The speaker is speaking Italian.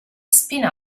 spin